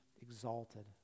exalted